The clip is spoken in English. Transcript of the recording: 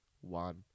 one